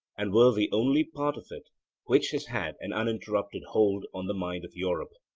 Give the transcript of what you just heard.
and were the only part of it which has had an uninterrupted hold on the mind of europe.